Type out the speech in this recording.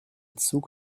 zug